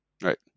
right